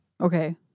Okay